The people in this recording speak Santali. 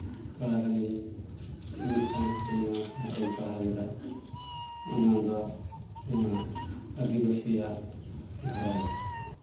ᱛᱷᱚᱲᱟ ᱜᱟᱱᱤᱧ ᱢᱤᱫᱴᱟᱝ ᱦᱟᱹᱴᱤᱧ ᱫᱚᱧ ᱯᱟᱲᱦᱟᱣ ᱞᱮᱫᱟ ᱚᱱᱟ ᱫᱚ ᱱᱚᱣᱟ ᱟᱹᱫᱤᱵᱟᱥᱤᱭᱟᱜ ᱫᱷᱚᱨᱚᱢ